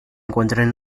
encuentran